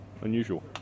unusual